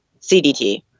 CDT